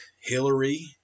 Hillary